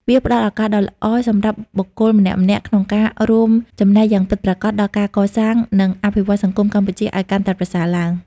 វាផ្ដល់ឱកាសដ៏ល្អសម្រាប់បុគ្គលម្នាក់ៗក្នុងការ រួមចំណែកយ៉ាងពិតប្រាកដដល់ការកសាង និងអភិវឌ្ឍន៍សង្គមកម្ពុជាឱ្យកាន់តែប្រសើរឡើង ។